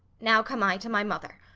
now come i to my mother.